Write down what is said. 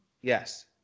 Yes